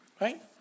Right